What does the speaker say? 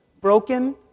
broken